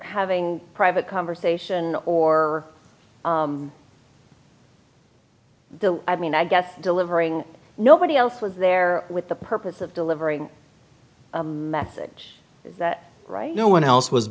having a private conversation or the i mean i guess delivering nobody else was there with the purpose of delivering a message that right no one else was